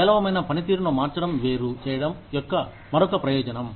పేలవమైన పనితీరును మార్చడం వేరు చేయడం యొక్క మరొక ప్రయోజనం